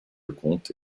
comte